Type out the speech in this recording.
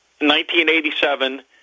1987